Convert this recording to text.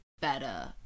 better